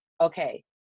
okay